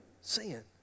sin